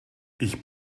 ich